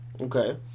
Okay